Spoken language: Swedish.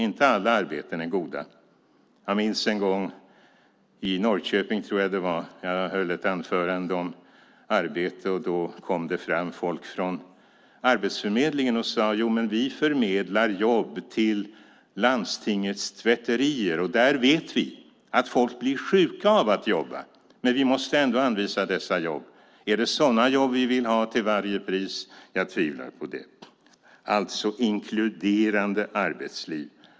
Inte alla arbeten är goda. Jag minns en gång när jag höll ett anförande om arbete. Jag tror att det var i Norrköping. Då kom det fram folk från Arbetsförmedlingen och sade: Jo, men vi förmedlar jobb till landstingets tvätterier. Vi vet att folk blir sjuka av att jobba där, men vi måste ändå anvisa dessa jobb. Är det sådana jobb vi vill ha till varje pris? Jag tvivlar på det. Det handlar alltså om ett inkluderande arbetsliv.